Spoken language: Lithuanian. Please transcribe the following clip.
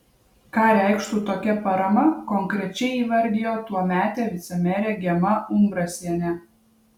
ką reikštų tokia parama konkrečiai įvardijo tuometė vicemerė gema umbrasienė